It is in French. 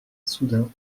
soudain